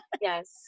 Yes